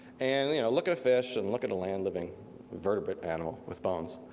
and you know look at a fish, and look at a land living vertebrate animal with bones,